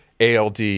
ALD